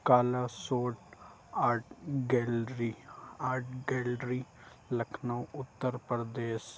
کالا سوٹھ art gallery art gallery Lucknow Uttar Pradesh